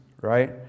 right